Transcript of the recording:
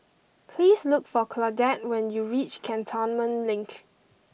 please look for Claudette when you reach Cantonment Link